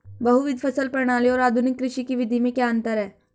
बहुविध फसल प्रणाली और आधुनिक कृषि की विधि में क्या अंतर है?